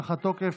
הארכת תוקף),